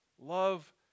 love